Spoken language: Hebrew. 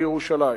לירושלים.